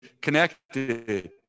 connected